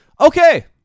okay